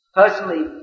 personally